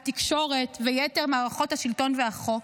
התקשורת ויתר מערכות השלטון והחוק,